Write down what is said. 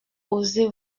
osez